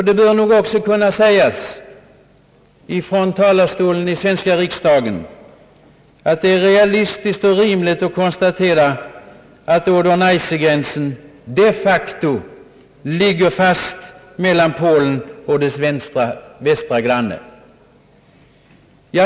Det bör också kunna sägas från talarstolen i den svenska riksdagen att det är realistiskt och rimligt att konstatera, att Oder-Neisse-gränsen de facto ligger fast mellan Polen och dess västra granne.